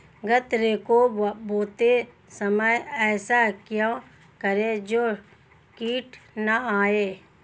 गन्ने को बोते समय ऐसा क्या करें जो कीट न आयें?